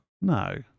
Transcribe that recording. no